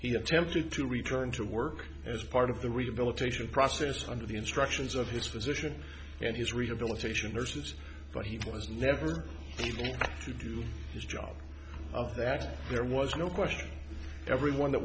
he attempted to return to work as part of the rehabilitation process under the instructions of his physician and his rehabilitation nurses but he was never going to do his job of that there was no question everyone that